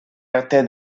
arte